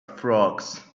frogs